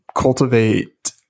cultivate